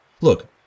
Look